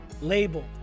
label